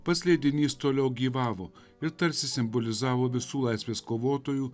pats leidinys toliau gyvavo ir tarsi simbolizavo visų laisvės kovotojų